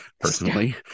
personally